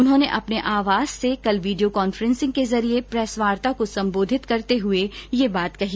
उन्होंने अपने आवास से कल वीडियो कॉन्फ्रेंसिंग के जरिए प्रेस वार्ता को सम्बोधित करते हुए यह बात कही